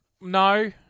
no